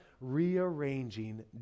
rearranging